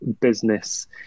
business